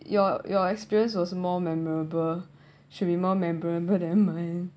your your experience was more memorable should be more memorable than mine